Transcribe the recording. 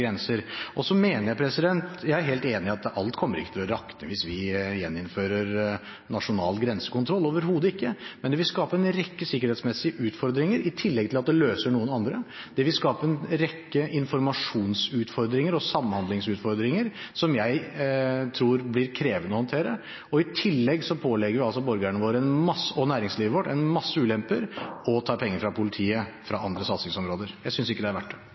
grenser. Jeg er helt enig i at alt ikke kommer til å rakne hvis vi gjeninnfører nasjonal grensekontroll – overhodet ikke. Men det vil skape en rekke sikkerhetsmessige utfordringer, i tillegg til at det løser noen andre. Det vil skape en rekke informasjonsutfordringer og samhandlingsutfordringer som jeg tror det blir krevende å håndtere. I tillegg pålegger vi altså borgerne våre og næringslivet vårt en masse ulemper og tar penger fra politiets andre satsingsområder. Jeg synes ikke det er verdt det.